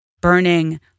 Burning